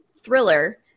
thriller